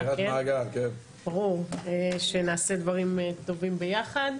ברור שנעשה דברים טובים ביחד,